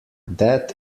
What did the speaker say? that